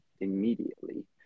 immediately